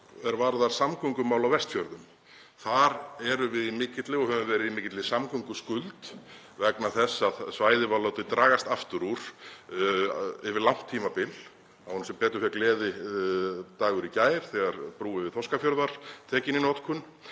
er varðar samgöngumál á Vestfjörðum. Þar erum við og höfum verið í mikilli samgönguskuld vegna þess að svæðið var látið dragast aftur úr yfir langt tímabil. Það var nú sem betur fer gleðidagur í gær þegar brú yfir Þorskafjörð var tekin í notkun.